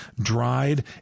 dried